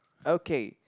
okay